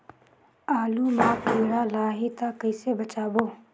आलू मां कीड़ा लाही ता कइसे बचाबो?